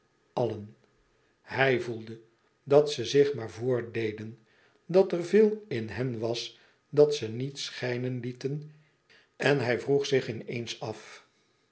allen hij voelde dat ze zich maar voordeden dat er veel in hen was dat ze niet schijnen lieten en hij vroeg zich in eens af